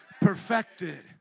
perfected